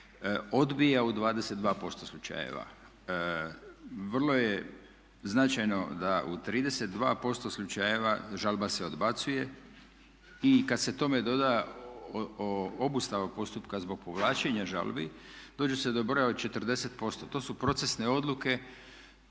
Odbija u 22% slučajeva. Vrlo je značajno da u 32% slučajeva žalba se odbacuje i kad se tome doda obustava postupka zbog povlačenja žalbi dođe se do broja od 40%. To su procesne odluke.